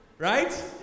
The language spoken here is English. Right